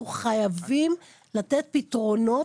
שאנחנו חייבים לתת פתרונות,